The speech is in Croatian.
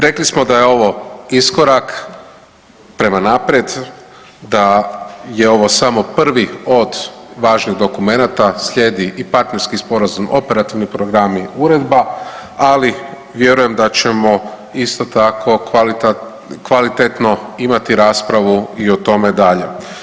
Rekli smo da je ovo iskorak prema naprijed, da je ovo samo prvi od važnih dokumenata, slijedi i partnerski sporazum, operativni programi, uredba, ali vjerujem da ćemo isto tako kvalitetno imati raspravu i o tome dalje.